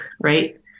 right